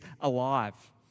alive